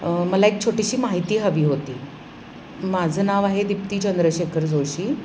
मला एक छोटीशी माहिती हवी होती माझं नाव आहे दिप्ती चंद्रशेखर जोशी